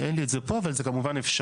אין לי את זה פה אבל זה כמובן אפשרי.